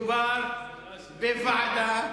מדובר בוועדה